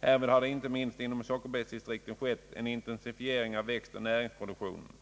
Därvid har det inte minst inom sockerbetsdistrikten skett en intensifiering av växtoch näringsproduktionen.